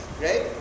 right